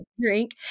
drink